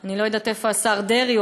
אני לא יודעת איפה השר דרעי,